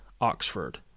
Oxford